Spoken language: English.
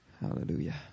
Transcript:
Hallelujah